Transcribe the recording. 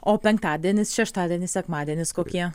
o penktadienis šeštadienis sekmadienis kokie